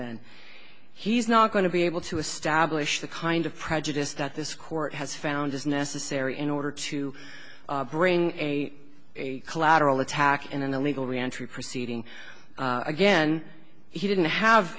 then he's not going to be able to establish the kind of prejudice that this court has found is necessary in order to bring a collateral attack in an illegal reentry proceeding again he didn't have